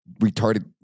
retarded